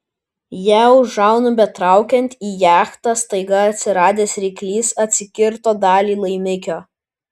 ją už žiaunų betraukiant į jachtą staiga atsiradęs ryklys atsikirto dalį laimikio